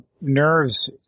nerves